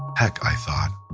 heck, i thought,